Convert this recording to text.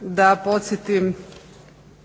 da podsjetim